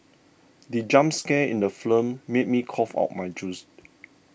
the jump scare in the film made me cough out my juice